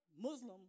Muslim